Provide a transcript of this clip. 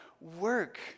work